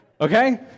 Okay